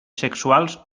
sexuals